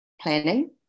planning